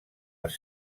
les